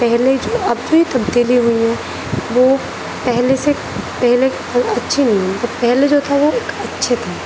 پہلے جو اب جو یہ تبدیلی ہوئی ہے وہ پہلے سے پہلے اچھی نہیں پہلے جو تھا وہ ایک اچھے تھا